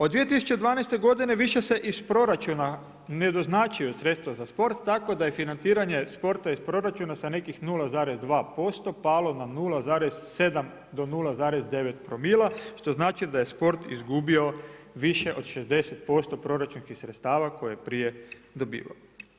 Od 2012. godine više se iz proračuna ne doznačuju sredstva za sport tako da je financiranje sporta iz proračuna sa nekih 0,2% palo na 0,7 do 0,9 promila što znači da je sport izgubio više od 60% proračunskih sredstava koje je prije dobivao.